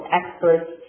experts